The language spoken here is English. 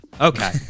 Okay